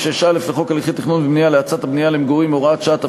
6(א) לחוק הליכי תכנון ובנייה להאצת הבנייה למגורים (הוראת שעה),